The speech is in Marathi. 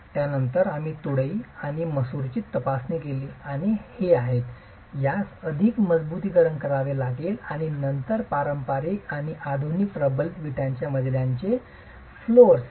त्यानंतर आम्ही तुळई आणि मसूरची तपासणी केली आणि हे आहेत यास अधिक मजबुतीकरण करावे लागेल आणि नंतर पारंपारिक आणि आधुनिक प्रबलित विटांच्या मजल्यांमधील विटाचे फर्श floors